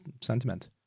sentiment